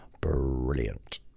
Brilliant